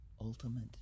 ultimate